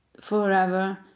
forever